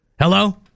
Hello